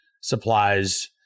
supplies